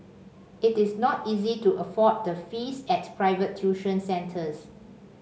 it is not easy to afford the fees at private tuition centres